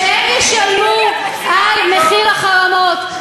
שהם ישלמו על מחיר החרמות,